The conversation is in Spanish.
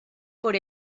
por